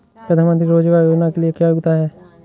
प्रधानमंत्री रोज़गार योजना के लिए योग्यता क्या है?